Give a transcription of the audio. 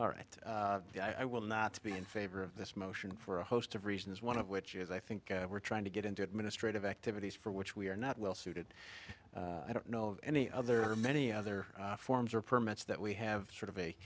all right i will not be in favor of this motion for a host of reasons one of which is i think we're trying to get into administrative activities for which we are not well suited i don't know of any other many other forms or permits that we have sort of a